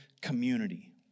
community